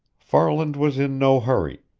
farland was in no hurry.